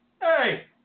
Hey